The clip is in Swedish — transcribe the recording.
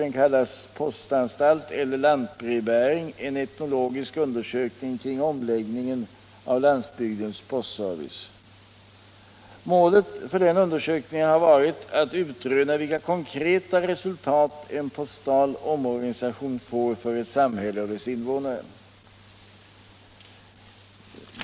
Den kallas Postanstalt eller lantbrevbäring, en etnologisk undersökning kring omläggningen av landsbygdens postservice. Målet för den undersökningen har varit att utröna vilka konkreta resultat en postal omorganisation får för ett samhälle och dess invånare.